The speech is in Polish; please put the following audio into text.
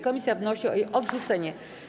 Komisja wnosi o jej odrzucenie.